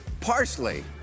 Parsley